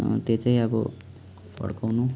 त्यो चाहिँ अब फर्काउनु